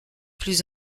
plus